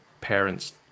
parents